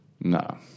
No